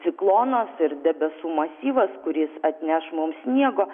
ciklonas ir debesų masyvas kuris atneš mums sniego